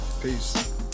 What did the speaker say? Peace